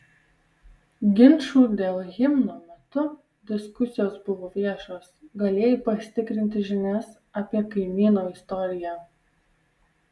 ginčų dėl himno metu diskusijos buvo viešos galėjai pasitikrinti žinias apie kaimyno istoriją